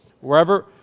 Wherever